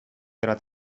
della